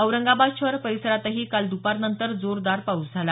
औरंगाबाद शहर परिसरातही काल दुपारनंतर जोरदार पाऊस झाला